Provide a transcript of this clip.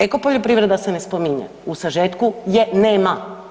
Eko poljoprivreda se ne spominje u Sažetku je nema.